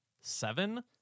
seven